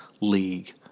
League